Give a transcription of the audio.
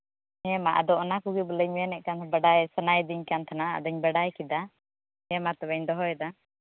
ᱦᱮᱸ ᱢᱟ ᱟᱫᱚ ᱚᱱᱟ ᱠᱚᱜᱮ ᱵᱚᱞᱮ ᱢᱮᱱᱮᱫ ᱠᱟᱱ ᱵᱟᱰᱟᱭ ᱥᱟᱱᱟᱭᱮᱫᱤᱧ ᱠᱟᱱ ᱛᱟᱦᱮᱱᱟ ᱟᱫᱚᱧ ᱵᱟᱰᱟᱭ ᱠᱮᱫᱟ ᱦᱮᱸ ᱢᱟ ᱛᱚᱵᱮᱧ ᱫᱚᱦᱚᱭᱫᱟ